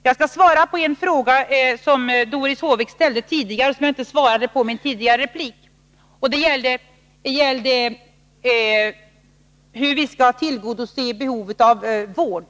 Jag kan svara på en fråga som Doris Håvik tidigare ställde och som jag inte svarade på i min tidigare replik. Frågan gällde hur vi skall tillgodose behovet av vård.